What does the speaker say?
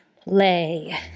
play